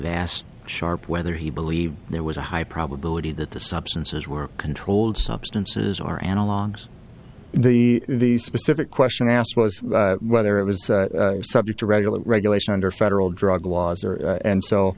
asked sharpe whether he believed there was a high probability that the substances were controlled substances are analogs the the specific question asked was whether it was subject to regular regulation under federal drug laws and so